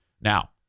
Now